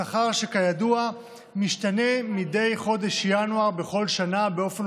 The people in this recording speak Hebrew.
שכר שכידוע משתנה מדי חודש ינואר בכל שנה באופן